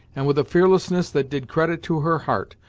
and with a fearlessness that did credit to her heart,